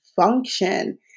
function